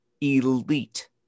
elite